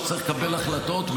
כשצריך לקבל החלטות,